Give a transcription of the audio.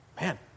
man